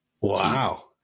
Wow